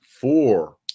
Four